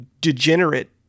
degenerate